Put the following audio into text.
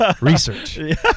Research